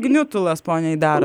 gniutulas ponia aidara